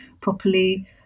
properly